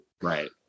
right